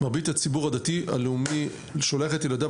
מרבית הציבור הדתי לאומי שולח את ילדיו